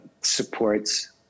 supports